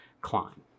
climb